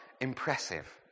impressive